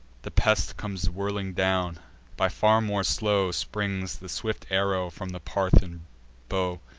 the pest comes whirling down by far more slow springs the swift arrow from the parthian bow,